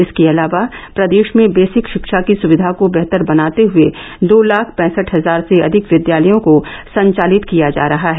इसके अलावा प्रदेश में बेसिक शिक्षा की सुविधा को बेहतर बनाते हुए दो लाख पैंसठ हजार से अधिक विद्यालयों को संचालित किया जा रहा है